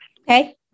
okay